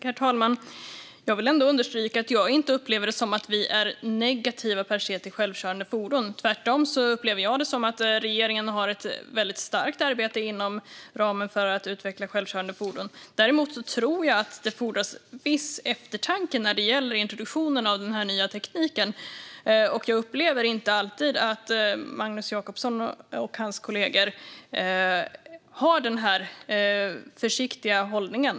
Herr talman! Jag vill understryka att jag inte upplever det som att vi är negativa till självkörande fordon per se; tvärtom upplever jag det som att regeringen har ett väldigt starkt arbete när det gäller att utveckla självkörande fordon. Däremot tror jag att det fordras viss eftertanke när det gäller introduktionen av den nya tekniken, och jag upplever inte alltid att Magnus Jacobsson och hans kollegor har den försiktiga hållningen.